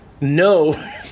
no